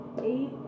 Eight